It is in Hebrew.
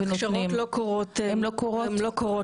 ההכשרות לא קורות מספיק.